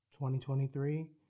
2023